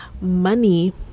money